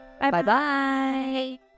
Bye-bye